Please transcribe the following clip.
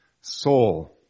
soul